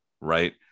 right